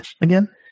again